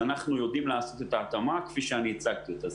אנחנו יודעים לעשות את ההתאמה כפי שהצגתי אותה.